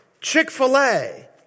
Chick-fil-A